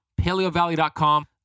paleovalley.com